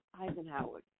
Eisenhower